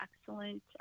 excellent